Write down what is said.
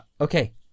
okay